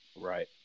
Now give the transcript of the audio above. Right